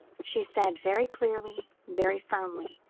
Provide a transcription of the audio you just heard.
she said, very clearly, very firmly.